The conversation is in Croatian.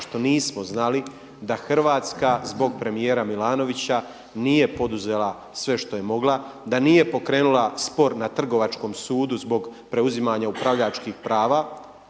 što nismo znali da Hrvatska zbog premijera Milanovića nije poduzela sve što je mogla, da nije pokrenula spor na Trgovačkom sudu zbog preuzimanja upravljačkih prava,